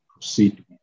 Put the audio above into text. proceed